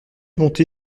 monter